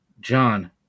John